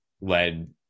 led